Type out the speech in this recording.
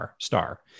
star